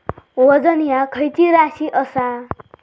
वजन ह्या खैची राशी असा?